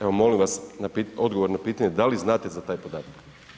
Evo molim vas odgovor na pitanje da li znate za taj podatak?